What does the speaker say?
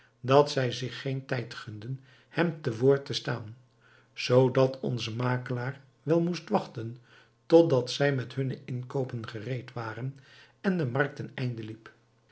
dat zij zich geen tijd gunden hem te woord te staan zoodat onze makelaar wel moest wachten totdat zij met hunne inkoopen gereed waren en de markt ten